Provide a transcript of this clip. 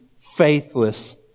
faithless